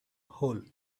hole